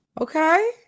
Okay